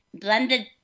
blended